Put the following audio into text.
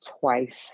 twice